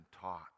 taught